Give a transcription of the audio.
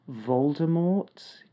Voldemort